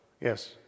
Yes